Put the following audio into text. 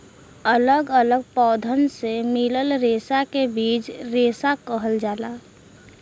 अलग अलग पौधन से मिलल रेसा के बीज रेसा कहल जाला